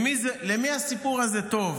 למי הסיפור הזה טוב?